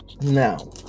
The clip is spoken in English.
Now